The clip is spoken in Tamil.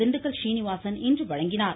திண்டுக்கல் சீனிவாசன் இன்று வழங்கினார்